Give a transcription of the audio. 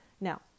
Now